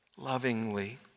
lovingly